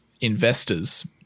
investors